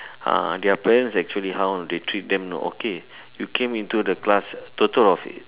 uh their parents actually how they treat them know okay you came into the class total of